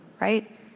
right